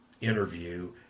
interview